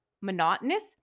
monotonous